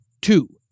Two